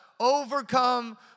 overcome